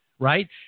Right